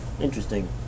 Interesting